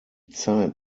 zeit